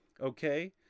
okay